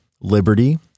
liberty